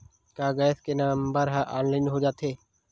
का गैस के नंबर ह ऑनलाइन हो जाथे?